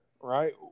right